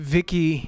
Vicky